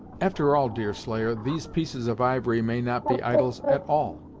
after all, deerslayer, these pieces of ivory may not be idols, at all.